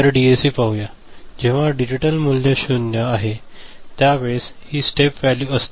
तर डीएसी पाहुया जेव्हा डिजिटल मूल्य 0 आहे त्या वेळेस ही स्टेप वॅल्यू असते